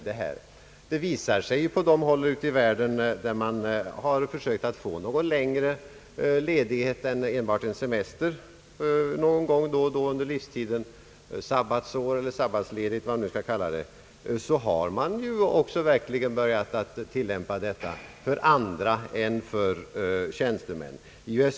Det har visat sig på de håll ute i världen, där man har försökt sig på någon längre ledighet än semester någon gång under livstiden — vi kan kalla det för sabbatsar eller sabbatsledighet — att man har börjat tillämpa detta också för andra än för tjänstemännen.